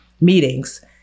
meetings